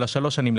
של השלוש שנים,